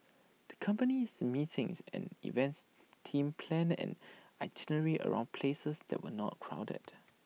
the company's meetings and events team planned an itinerary around places that were not crowded